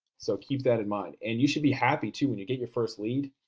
so keep that in mind. and you should be happy too, when you get your first lead,